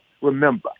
remember